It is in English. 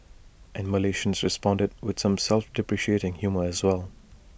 and Malaysians responded with some self deprecating humour as well